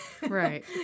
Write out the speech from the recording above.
Right